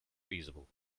feasible